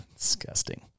Disgusting